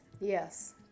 Yes